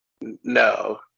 No